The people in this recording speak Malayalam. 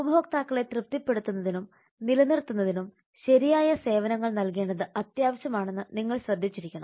ഉപഭോക്താക്കളെ തൃപ്തിപ്പെടുത്തുന്നതിനും നിലനിർത്തുന്നതിനും ശരിയായ സേവനങ്ങൾ നൽകേണ്ടത് അത്യാവശ്യമാണെന്ന് നിങ്ങൾ ശ്രദ്ധിച്ചിരിക്കണം